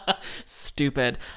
Stupid